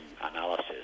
analysis